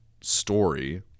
story